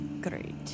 great